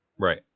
Right